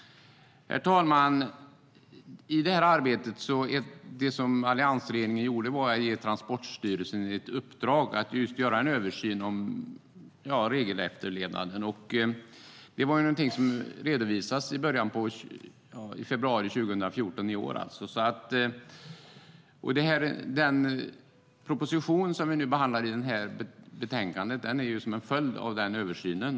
Herr talman! En sak som alliansregeringen gjorde var att ge Transportstyrelsen i uppdrag att göra en översyn av regelefterlevnaden. Översynen redovisades i februari 2014. Den proposition som vi nu behandlar i betänkandet är ju en följd av den översynen.